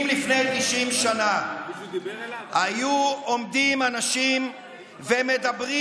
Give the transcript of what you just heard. אם לפני 90 שנה היו עומדים אנשים ומדברים